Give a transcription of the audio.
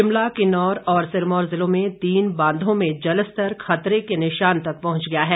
शिमला किन्नौर और सिरमौर जिलों में तीन बांधों में जलस्तर खतरे के निशान तक पहुंच गया है